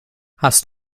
hast